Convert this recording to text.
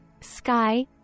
sky